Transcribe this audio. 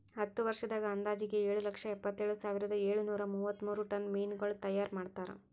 ಹತ್ತು ವರ್ಷದಾಗ್ ಅಂದಾಜಿಗೆ ಏಳು ಲಕ್ಷ ಎಪ್ಪತ್ತೇಳು ಸಾವಿರದ ಏಳು ನೂರಾ ಮೂವತ್ಮೂರು ಟನ್ ಮೀನಗೊಳ್ ತೈಯಾರ್ ಮಾಡ್ತಾರ